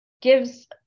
gives